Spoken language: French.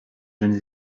jeunes